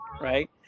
right